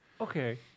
Okay